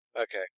Okay